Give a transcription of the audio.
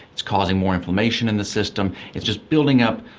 it's causing more inflammation in the system, it's just building up.